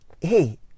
hey